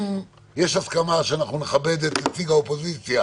אם יש הסכמה לכבד את נציג האופוזיציה